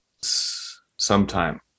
sometime